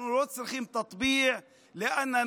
אנחנו לא צריכים (אומר בערבית: